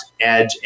Edge